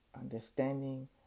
Understanding